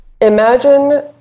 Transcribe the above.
imagine